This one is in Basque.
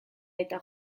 eta